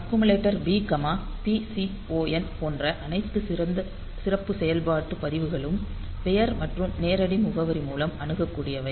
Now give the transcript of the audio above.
accumulator B PCON போன்ற அனைத்து சிறப்பு செயல்பாட்டு பதிவுகளும் பெயர் மற்றும் நேரடி முகவரி மூலம் அணுகக்கூடியவை